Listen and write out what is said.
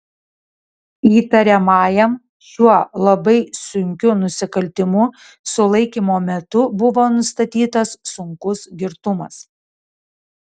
įtariamajam šiuo labai sunkiu nusikaltimu sulaikymo metu buvo nustatytas sunkus girtumas